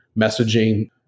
messaging